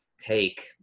take